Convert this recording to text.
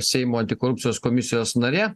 seimo antikorupcijos komisijos narė